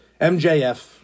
MJF